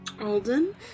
Alden